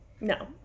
No